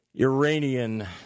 Iranian